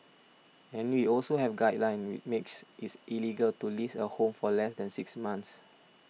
and we also have a guideline which makes it illegal to lease a home for less than six months